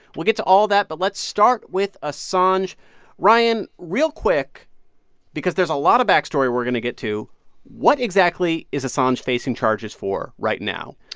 we'll get to all that, but let's start with assange ryan, real quick because there's a lot of backstory we're going to get to what exactly is assange facing charges for right now?